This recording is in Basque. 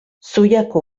zuiako